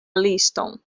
liston